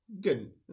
good